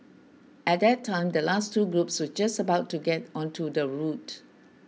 at that time the last two groups were just about to get onto the route